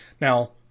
now